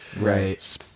Right